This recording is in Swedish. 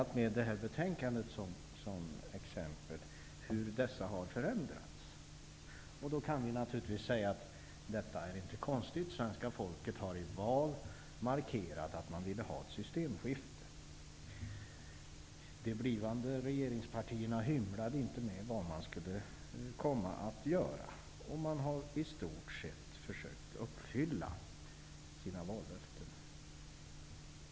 Ett exempel på detta är bl.a. det betänkande som vi nu behandlar. Då kan vi naturligtvis säga att detta inte är konstigt. Svenska folket har genom val markerat att man vill ha ett systemskifte. De blivande regeringspartierna hymlade inte med vad man skulle komma att göra, och man har i stort sett försökt att uppfylla sina vallöften.